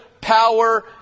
power